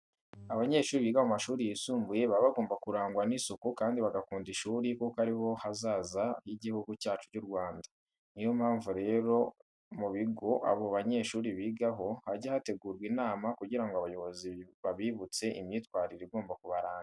Abanyeshuri biga mu mashuri yisumbuye baba bagomba kurangwa n'isuku kandi bagakunda ishuri kuko ari bo hazaza h'Igihugu cyacu cy'u Rwanda. Niyo mpamvu rero mu bigo aba banyeshuri bigaho hajya hategurwa inama kugira ngo abayobozi babibutse imyitwarire igomba kubaranga.